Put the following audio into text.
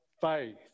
faith